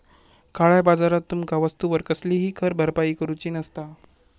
काळया बाजारात तुमका वस्तूवर कसलीही कर भरपाई करूची नसता